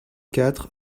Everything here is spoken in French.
quatre